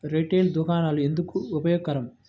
Retail దుకాణాలు ఎందుకు ఉపయోగకరం?